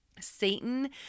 Satan